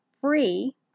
free